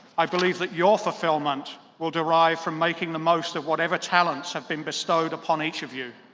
i believe that your fulfillment will derive from making the most of whatever talents have been bestowed upon each of you.